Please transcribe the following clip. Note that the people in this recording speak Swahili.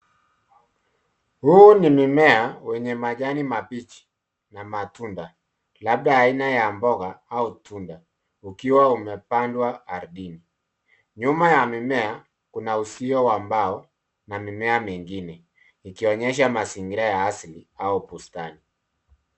Huu ni mimea wenye majani mabichi na matunda labda aina ya mboga au tunda ukiwa umepandwa ardhini. Nyuma ya mimea kuna usio wa mbao na mimea mengine yakionyesha mazingira ya asili au bustani.